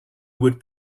would